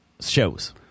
shows